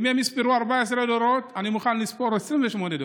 אם הם יספרו 14 דורות, אני מוכן לספור 28 דורות.